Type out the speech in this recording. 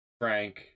Frank